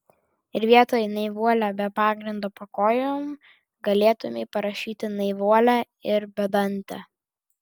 ir vietoj naivuolė be pagrindo po kojom galėtumei parašyti naivuolė ir bedantė